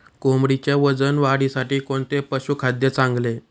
कोंबडीच्या वजन वाढीसाठी कोणते पशुखाद्य चांगले?